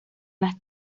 las